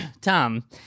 Tom